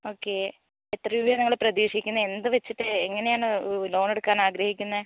okay എത്ര രൂപയാണ് നിങ്ങൾ പ്രതീക്ഷിക്കുന്നത് എന്ത് വെച്ചിട്ട് എങ്ങനെയാണ് ലോൺ എടുക്കാൻ ആഗ്രഹിക്കുന്നത്